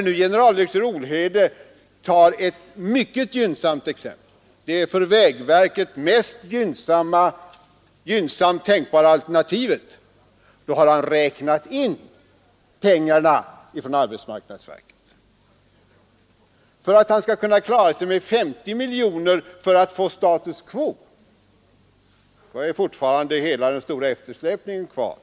Då generaldirektör Olhede tar det för vägverket mest gynnsamma alternativet — han har då räknat in pengarna från arbetsmarknadsverket — räknar han med att kunna klara sig med 50 miljoner kronor för att åstadkomma status quo. Då är fortfarande hela den stora eftersläpningen kvar.